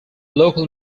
local